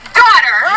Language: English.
daughter